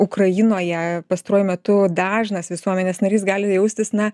ukrainoje pastaruoju metu dažnas visuomenės narys gali jaustis na